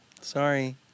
Sorry